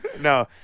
No